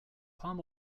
palm